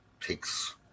takes